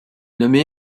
nommé